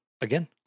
again